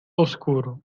oscuro